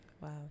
Wow